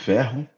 Ferro